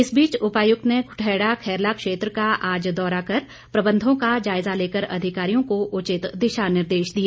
इस बीच उपायुक्त ने कुठैड़ा खैरला क्षेत्र का आज दौरा कर प्रबंधों का जायजा लेकर अधिकारियों को उचित दिशा निर्देश दिए